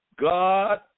God